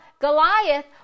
Goliath